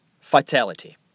fatality